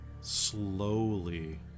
slowly